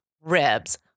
ribs